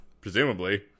presumably